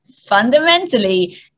Fundamentally